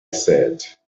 said